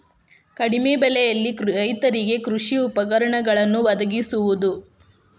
ಕಡಿಮೆ ಬೆಲೆಯಲ್ಲಿ ರೈತರಿಗೆ ಕೃಷಿ ಉಪಕರಣಗಳನ್ನು ವದಗಿಸುವದು